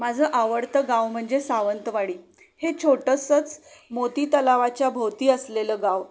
माझं आवडतं गाव म्हणजे सावंतवाडी हे छोटंसंच मोती तलावाच्या भोवती असलेलं गाव